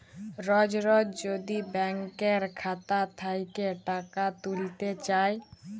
রজ রজ যদি ব্যাংকের খাতা থ্যাইকে টাকা ত্যুইলতে চায়